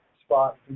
spot